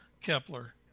Kepler